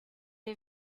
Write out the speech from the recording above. est